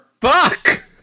Fuck